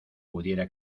pudiera